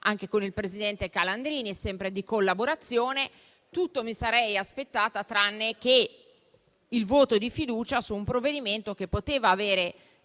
anche con il presidente Calandrini, sempre di collaborazione. Tutto mi sarei aspettata tranne che il voto di fiducia su un provvedimento che poteva avere